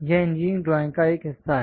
यह engineering drawing का एक हिस्सा है